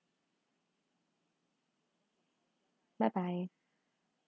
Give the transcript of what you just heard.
bye bye